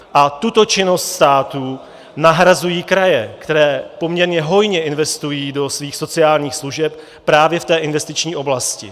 A tuto činnost státu nahrazují kraje, které poměrně hojně investují do svých sociálních služeb právě v té investiční oblasti.